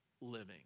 living